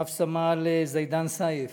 רב-סמל זידאן סייף,